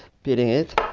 peeling it.